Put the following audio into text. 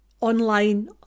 online